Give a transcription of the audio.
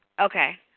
Okay